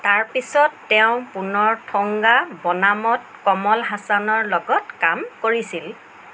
তাৰপিছত তেওঁ পুনৰ থৌংগা বনামত কমল হাচানৰ লগত কাম কৰিছিল